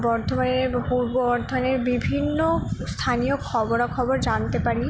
বর্ধমানের পূর্ব বর্ধমানের বিভিন্ন স্থানীয় খবরাখবর জানতে পারি